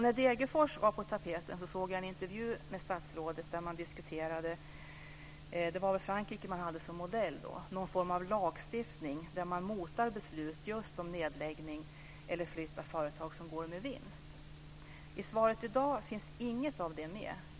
När Degerfors var på tapeten såg jag en intervju med statsrådet där man med Frankrike som modell diskuterade någon form av lagstiftning där man motar beslut om nedläggning eller flytt av företag som går med vinst. I svaret i dag finns inget av det med.